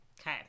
Okay